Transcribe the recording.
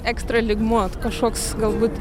ekstra lygmuo kažkoks galbūt